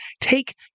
take